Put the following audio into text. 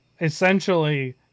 essentially